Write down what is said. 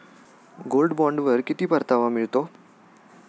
Gold बॉण्डवर किती परतावा मिळतो?